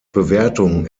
bewertung